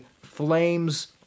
Flames